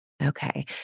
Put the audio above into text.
Okay